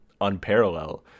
unparalleled